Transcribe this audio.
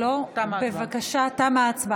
בעד, 59